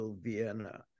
Vienna